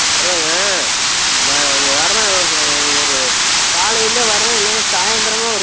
வர்றங்க நான் அங்கே வரறேன் ஒரு காலையில் வர்றேன் இல்லைன்னா சாய்ந்திரமா ஒரு